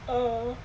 !aww!